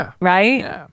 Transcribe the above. right